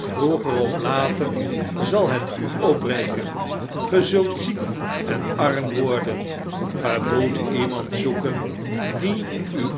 vroeger of later zal het u opbreken ge zult ziek en arm worden ge moet iemand zoeken die